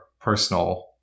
personal